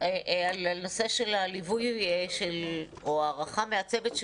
על הנושא של ליווי או הערכה מהצוות.